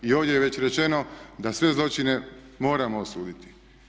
I ovdje je već rečeno da sve zločine moramo osuditi.